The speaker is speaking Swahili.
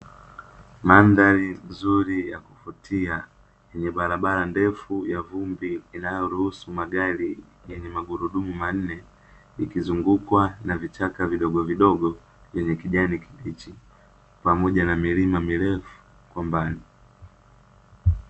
Mandhari nzuri ya kuvutia yenye barabara ndefu ya vumbi inayoruhusu magari yenye magurudumu manne, ikizungukwa na vichaka vidogovidogo yenye kijani kibichi pamoja na milima mirefu kwa mbali.